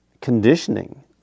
conditioning